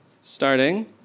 starting